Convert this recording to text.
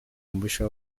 mubisha